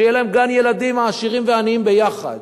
שיהיה להם גן-ילדים, העשירים והעניים ביחד,